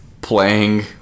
playing